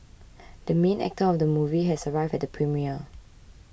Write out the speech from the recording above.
the main actor of the movie has arrived at the premiere